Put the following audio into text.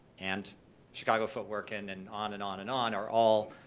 and chicago footwork and and on and on and on are all,